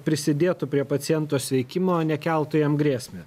prisidėtų prie paciento sveikimo nekeltų jam grėsmę